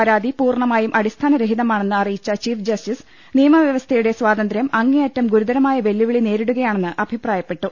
പരാതി പൂർണ്ണമായും അടിസ്ഥാന രഹിതമാണെന്ന് അറിയിച്ച ചീഫ് ജസ്റ്റിസ് നിയമവ്യവസ്ഥയുടെ സാതന്ത്ര്യം അങ്ങേ യറ്റം ഗുരു ത ര മായ വെ ല്ലു വിളി നേരിടുകയാണെന്ന് അഭിപ്രായപ്പെട്ടു